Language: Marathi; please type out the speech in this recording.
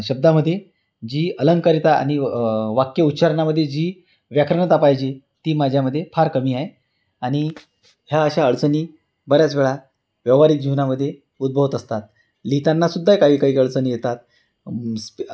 शब्दामध्ये जी अलंंकारिता आणि वाक्य उच्चारणामध्ये जी व्याकरणता पाहिजे ती माझ्यामध्ये फार कमी आहे आणि ह्या अशा अडचणी बऱ्याच वेळा व्यवहारिक जीवनामध्ये उद्भवत असतात लिहिताना सुद्धा काही काही अडचणी येतात स्पे